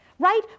Right